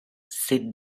ses